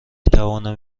توانم